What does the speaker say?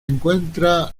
encuentra